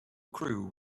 crew